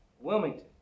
Wilmington